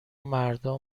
مردها